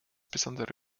besondere